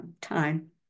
time